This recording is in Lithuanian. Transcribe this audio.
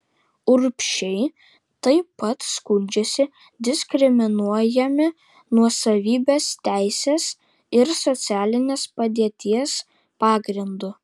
urbšiai taip pat skundžiasi diskriminuojami nuosavybės teisės ir socialinės padėties pagrindu